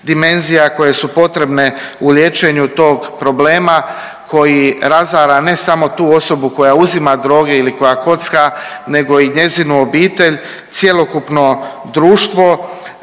koje su potrebne u liječenju tog problema koji razara ne samo tu osobu koja uzima droge ili koja kocka nego i njezinu obitelj, cjelokupno društvo.